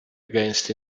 against